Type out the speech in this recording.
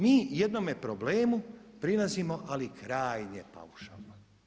Mi jednome problemu prilazimo ali krajnje paušalno.